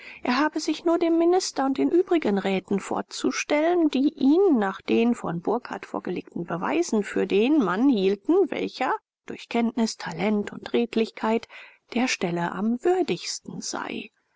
er habe sich nur dem minister und den übrigen räten vorzustellen die ihn nach den von burkhardt vorgelegten beweisen für den mann hielten welcher durch kenntnis talent und redlichkeit der stelle am würdigsten sei